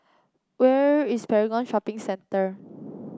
where is Paragon Shopping Centre